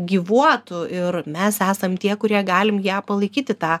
gyvuotų ir mes esam tie kurie galim ją palaikyti tą